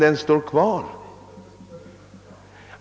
Den står fast.